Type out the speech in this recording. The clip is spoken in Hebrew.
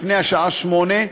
לפני השעה 08:00,